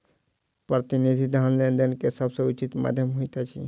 प्रतिनिधि धन लेन देन के सभ सॅ उचित माध्यम होइत अछि